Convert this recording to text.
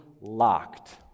locked